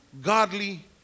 godly